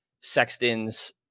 Sexton's